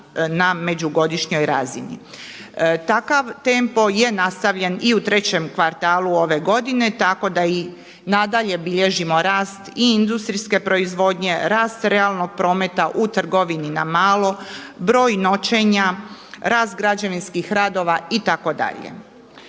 na međugodišnjoj razini. Takav tempo je nastavljen i u trećem kvartalu ove godine, tako da i nadalje bilježimo rast i industrijske proizvodnje, rast realnog prometa u trgovini na malo, broj noćenja, rast građevinskih radova itd.